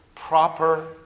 Proper